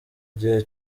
igihe